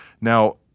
Now